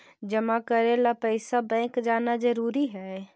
जमा करे ला पैसा बैंक जाना जरूरी है?